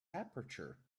aperture